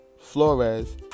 Flores